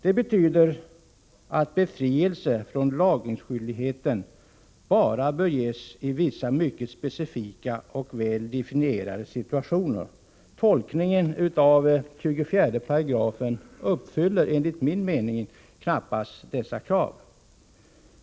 Det betyder att befrielse från lagringsskyldigheten bara bör ges i vissa mycket specifika och väl definierade situationer. Enligt tolkningen av 24 § är detta krav knappast uppfyllt, enligt min mening.